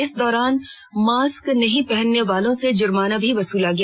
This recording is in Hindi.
इस दौरान मास्क नहीं पहनने वालों से जुर्माना भी वसूला गया